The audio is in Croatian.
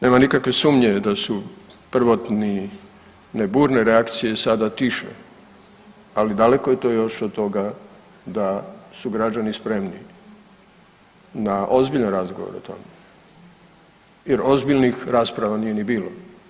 Nema nikakve sumnje da su prvotne burne reakcije sada tiše, ali daleko je to još od toga da su građani spremni na ozbiljan razgovor o tome, jer ozbiljnih rasprava nije ni bilo.